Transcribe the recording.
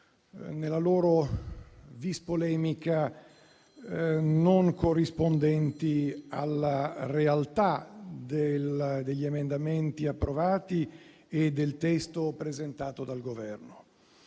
nella loro *vis polemica*, non corrispondenti alla realtà degli emendamenti approvati e del testo presentato dal Governo.